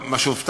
וגם הרב מקלב,